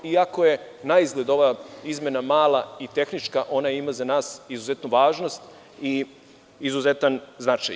Iako je naizgled ova izmena mala i tehnička, ona ima za nas izuzetnu važnost i izuzetan značaj.